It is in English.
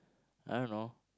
I don't know